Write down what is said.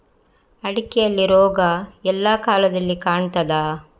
ಅಡಿಕೆಯಲ್ಲಿ ರೋಗ ಎಲ್ಲಾ ಕಾಲದಲ್ಲಿ ಕಾಣ್ತದ?